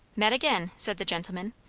met again, said the gentleman.